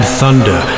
thunder